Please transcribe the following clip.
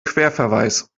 querverweis